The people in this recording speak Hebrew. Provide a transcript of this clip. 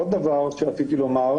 עוד דבר שרציתי לומר,